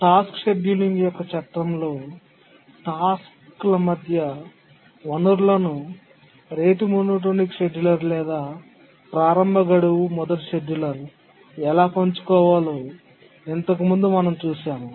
task scheduling యొక్క చట్రంలో టాస్క్ల మధ్య వనరులను రేటు మోనోటానిక్ షెడ్యూలర్ లేదా ప్రారంభ గడువు మొదటి షెడ్యూలర్ ఎలా పంచుకోవాలో ఇంతకుముందు మనం చూశాము